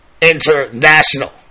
international